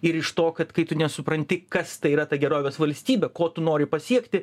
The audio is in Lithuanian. ir iš to kad kai tu nesupranti kas tai yra ta gerovės valstybė ko tu nori pasiekti